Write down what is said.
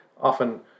often